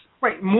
Right